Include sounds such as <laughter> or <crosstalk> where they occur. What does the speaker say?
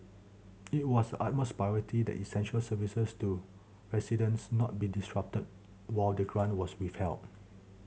it was the utmost priority that essential services to residents not be disrupted while the grant was withheld <noise>